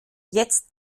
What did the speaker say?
jetzt